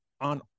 on